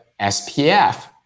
SPF